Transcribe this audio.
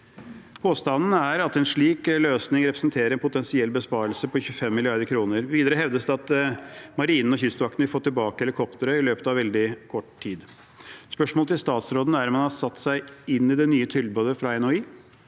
Påstanden er at en slik løsning representerer en potensiell besparelse på 25 mrd. kr. Videre hevdes det at Marinen og Kystvakten vil få tilbake helikoptre i løpet av veldig kort tid. Spørsmålet til statsråden er om han har satt seg inn i det nye tilbudet fra